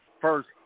first